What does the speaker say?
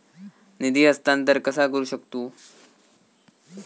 निधी हस्तांतर कसा करू शकतू?